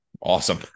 Awesome